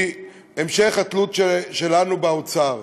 היא המשך התלות שלנו באוצר.